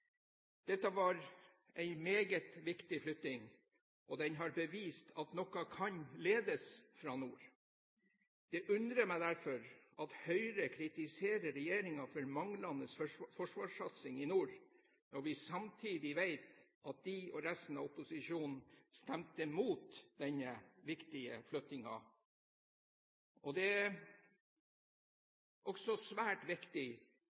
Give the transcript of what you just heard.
Dette var en meget viktig flytting, og den har bevist at noe kan ledes fra nord. Det undrer meg derfor at Høyre kritiserer regjeringen for manglende forsvarssatsing i nord, når vi samtidig vet at de og resten av opposisjonen stemte mot denne viktige flyttingen. Det er svært viktig